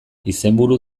izenburu